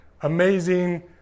Amazing